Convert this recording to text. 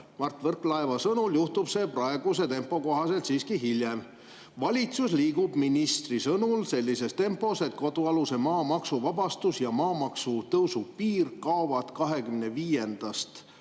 Mart Võrklaeva sõnul juhtub see praeguse tempo kohaselt siiski hiljem. [---] Valitsus liigub ministri sõnul sellises tempos, et kodualuse maa maksuvabastus ja maamaksu tõusu piir kaovad 2025.